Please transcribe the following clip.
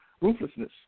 ruthlessness